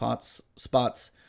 spots